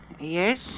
Yes